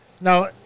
Now